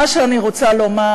מה שאני רוצה לומר,